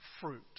fruit